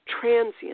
transient